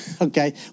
okay